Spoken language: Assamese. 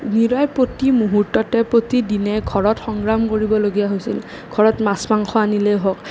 মীৰাই প্ৰতি মুহূৰ্ততে প্ৰতি দিনে ঘৰত সংগ্ৰাম কৰিবলগীয়া হৈছিল ঘৰত মাছ মাংস আনিলেও হওক